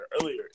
earlier